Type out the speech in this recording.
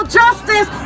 justice